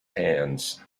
hands